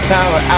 Power